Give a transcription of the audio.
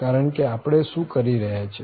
કારણ કે આપણે શું કરી રહ્યા છીએ